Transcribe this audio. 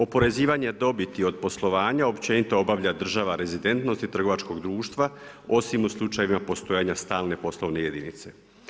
Oporezivanje dobiti od poslovanja općenito obavlja država rezidentnosti trgovačkog društva osim u slučajevima postojanja stalne poslovne jedinice.